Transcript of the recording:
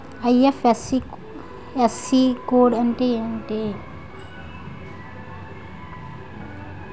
IFSC code అంటే ఏంటి?